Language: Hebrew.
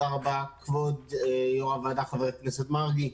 תודה רבה כבוד יושב-ראש הוועדה, חבר הכנסת מרגי.